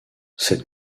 cette